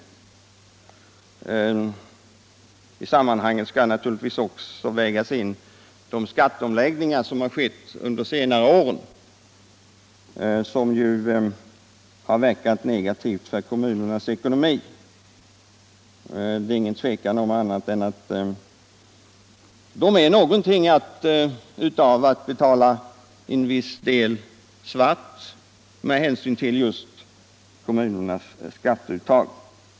Till sammanhanget hör också de skatteomläggningar som skett under senare år som negativt påverkat kommunernas ekonomi. Kopplingen Kommunernas ekonomi Kommunernas ekonomi mellan arbetsgivareavgift och lönesättning innebär i realiteten att en viss del av lönen ”betalas svart” när man ser till just kommunernas skatteunderlag.